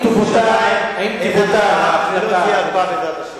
בירושלים אין הקפאה ולא תהיה הקפאה, בעזרת השם.